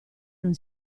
non